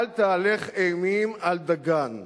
אל תהלך אימים על דגן,